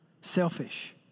Selfish